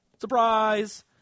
surprise